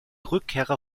rückkehrer